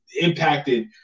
impacted